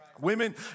Women